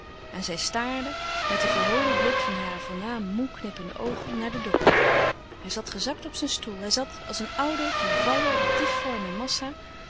en zij staarde met den verholen blik van hare voornaam moê knippende oogen naar den dokter hij zat gezakt op zijn stoel hij zat als een oude vervallen difforme massa